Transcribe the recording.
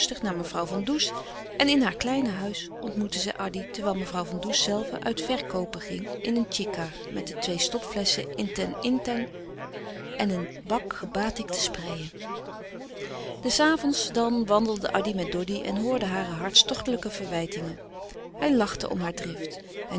naar mevrouw van does en in haar kleine huisje ontmoette zij addy terwijl mevrouw van does zelve uit verkoopen ging in een chic haar met de twee stopflesschen inten inten en een pak gebatikte spreien des avonds dan wandelde addy met doddy en hoorde hare hartstochtelijke verwijtingen hij lachte om haar